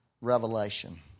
revelation